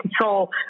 control